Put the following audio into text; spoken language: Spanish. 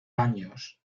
años